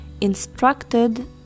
instructed